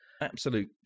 Absolute